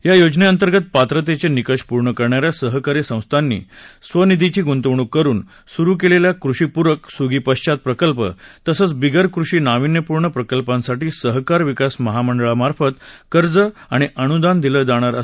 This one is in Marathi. या योजनेंतर्गत पात्रतेचे निकष पूर्ण करणाऱ्या सहकारी संस्थांनी स्वनिधीची गुंतवणूक करून सुरू केलेल्या कृषीप्रक सुगीपश्वात प्रकल्प तसंच बिगर कृषी नाविन्यपूर्ण प्रकल्पांसाठी सहकार विकास महामंडळामार्फत कर्ज आणि अनुदान दिलं जाणार आहे